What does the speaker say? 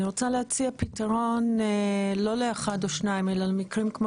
אני רוצה להציע פתרון לא לאחד או שניים אלא למקרים כמו